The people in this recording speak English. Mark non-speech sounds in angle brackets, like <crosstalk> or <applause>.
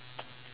<noise>